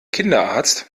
kinderarzt